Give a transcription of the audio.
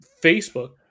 Facebook